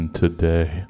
today